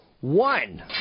One